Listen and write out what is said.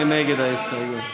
מי נגד ההסתייגות?